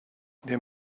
there